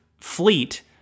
fleet